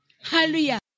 Hallelujah